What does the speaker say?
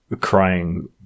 crying